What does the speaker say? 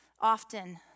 often